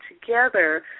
together